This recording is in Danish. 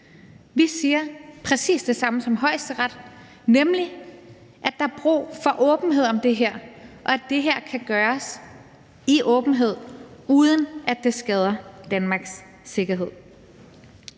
vi siger præcis det samme som Højesteret, nemlig at der er brug for åbenhed om det her, og at det her kan gøres i åbenhed, uden at det skader Danmarks sikkerhed.